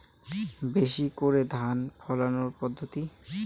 বেশি করে ধান ফলানোর পদ্ধতি?